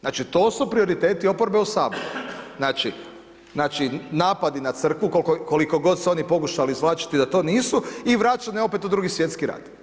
Znači to su prioriteti oporbe u saboru, znači, znači napadi na crkvu koliko god se oni pokušavali izvlačiti da to nisu i vraćanje opet u II. svjetski rat.